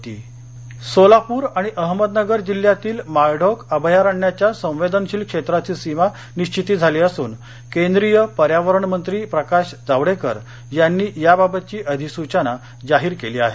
माळढोक अहमदनगर सोलापर सोलापूर आणि अहमदनगर जिल्ह्यातील माळढोक अभयारण्याच्या संवदेनशील क्षेत्राची सीमा निश्विती झाली असून केंद्रीय पर्यावरणमंत्री प्रकाश जावडेकर यांनी याबाबतघी अधिसुचना जाहीर केली आहे